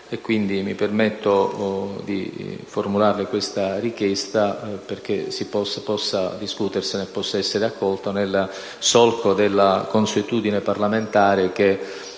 mi permetto di formulare questa richiesta, affinché se ne possa discutere e possa essere accolta, nel solco della consuetudine parlamentare